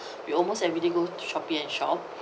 we almost everyday go shopee and shop